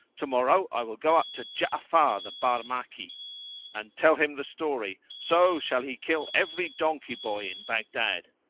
tomorrow i will go up to ja'afar the barmaki and tell him the story, so shall he kill every donkey boy in baghdad.